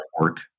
work